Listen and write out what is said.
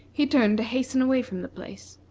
he turned to hasten away from the place.